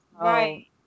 Right